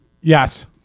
Yes